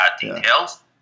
details